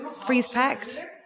freeze-packed